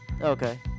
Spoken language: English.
Okay